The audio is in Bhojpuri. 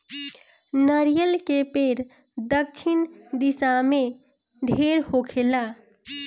नरियर के पेड़ दक्षिण भारत में ढेर होखेला